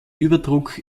überdruck